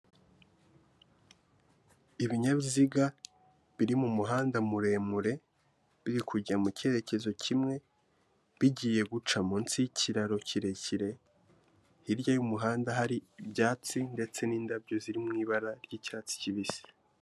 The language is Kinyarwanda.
Ibinyabiziga biri mu muhanda muremure, biri kujya mu cyerekezo kimwe, bigiye guca munsi y'ikiraro kirekire, hirya y'umuhanda hari ibyatsi ndetse n'indabyo ziri mu ibara ry'icyatsi kibisi.